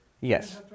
yes